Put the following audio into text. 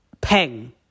peng